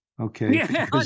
Okay